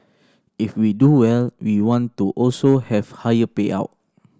if we do well we want to also have higher payout